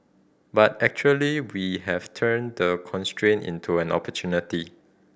but actually we have turned the constraint into an opportunity